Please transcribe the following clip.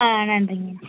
ஆ நன்றிங்க